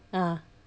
ah